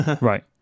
Right